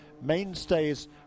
mainstays